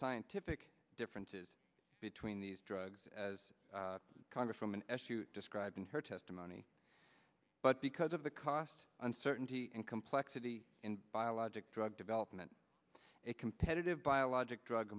scientific differences between these drugs as congresswoman eshoo described in her testimony but because of the cost uncertainty and complex the in biologic drug development a competitive biologic drug